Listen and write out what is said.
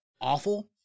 awful